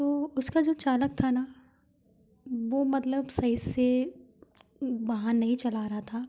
तो उसका जो चालक था न वो मतलब सही से वाहन नहीं चला रहा था